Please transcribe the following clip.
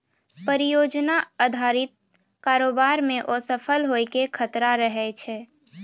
परियोजना अधारित कारोबार मे असफल होय के खतरा रहै छै